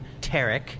Tarek